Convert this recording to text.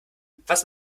was